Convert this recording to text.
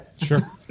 Sure